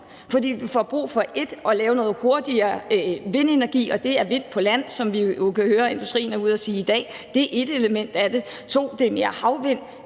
For vi får brug for 1) at lave noget hurtigere vindenergi, og det er vind på land, som vi kan høre industrien er ude at sige i dag; det er ét element i det. Det er 2) mere havvind.